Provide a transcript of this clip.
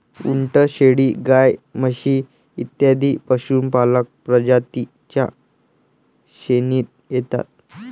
उंट, शेळी, गाय, म्हशी इत्यादी पशुपालक प्रजातीं च्या श्रेणीत येतात